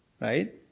Right